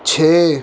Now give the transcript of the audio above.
ਛੇ